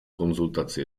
konzultaci